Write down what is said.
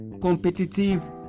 competitive